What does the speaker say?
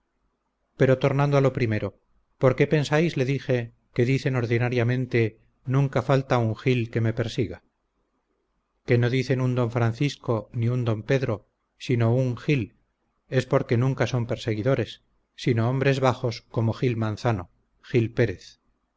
pero tornando a lo primero por qué pensáis le dije que dicen ordinariamente nunca falta un gil que me persiga que no dicen un don francisco ni un don pedro sino un gil es porque nunca son perseguidores sino hombres bajos como gil manzano gil pérez